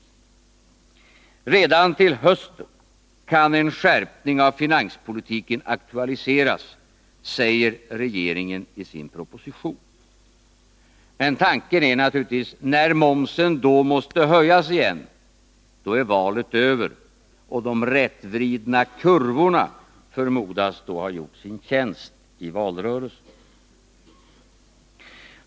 Redan till hösten kan en skärpning av finanspolitiken aktualiseras, säger regeringen i sin proposition. Men tanken är naturligtvis: När momsen då måste höjas igen, är valet över — och de rättvridna kurvorna förmodas då ha gjort sin tjänst i valrörelsen.